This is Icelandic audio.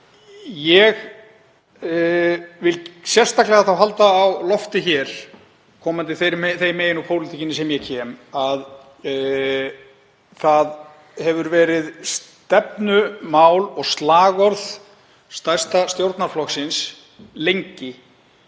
Ég vil sérstaklega halda á lofti, komandi þeim megin úr pólitíkinni sem ég kem, að það hefur verið stefnumál og slagorð stærsta stjórnarflokksins lengi